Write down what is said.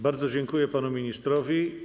Bardzo dziękuję panu ministrowi.